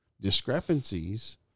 discrepancies